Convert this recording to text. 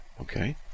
Okay